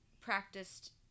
practiced